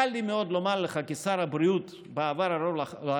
קל לי מאוד לומר לך כשר הבריאות בעבר הלא-רחוק,